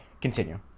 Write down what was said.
continue